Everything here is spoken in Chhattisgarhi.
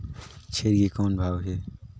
छेरी के कौन भाव हे?